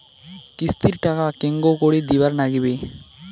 কিস্তির টাকা কেঙ্গকরি দিবার নাগীবে?